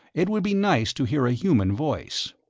it would be nice to hear a human voice.